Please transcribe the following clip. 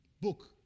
book